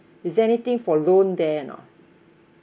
is there anything for loan there or not